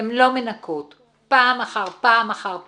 הן לא מנקות - פעם אחר פעם אחר פעם.